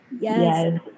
Yes